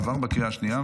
עברה בקריאה השנייה.